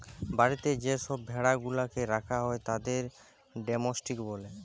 বাড়িতে যে সব ভেড়া গুলাকে রাখা হয় তাদের ডোমেস্টিক বলে